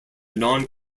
non